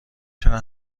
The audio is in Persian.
چرا